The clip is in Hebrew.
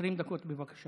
20 דקות, בבקשה.